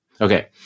Okay